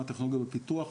מה הן הטכנולוגיות בפיתוח,